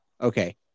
Okay